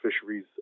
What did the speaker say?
fisheries